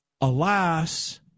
Alas